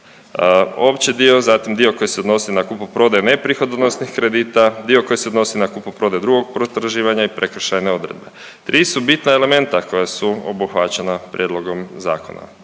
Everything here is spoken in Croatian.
Opći dio, zatim dio koji se odnosi na kupoprodaju neprihodonosnih kredita, dio koji se odnosi na kupoprodaju drugog potraživanja i prekršajne odredbe. Tri su bitna elementa koja su obuhvaćena prijedlogom zakona.